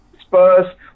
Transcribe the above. Spurs